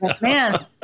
Man